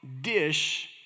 dish